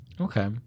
Okay